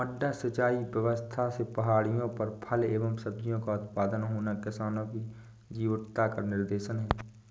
मड्डा सिंचाई व्यवस्था से पहाड़ियों पर फल एवं सब्जियों का उत्पादन होना किसानों की जीवटता का निदर्शन है